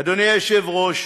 אדוני היושב-ראש,